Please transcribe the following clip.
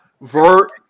Vert